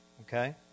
okay